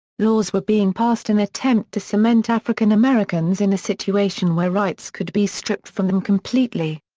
laws were being passed in attempt to cement african americans in a situation where rights could be stripped from them completely.